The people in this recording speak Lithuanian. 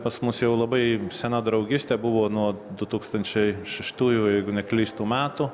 pas mus jau labai sena draugystė buvo nuo du tūkstančiai šeštųjų jeigu neklystu matų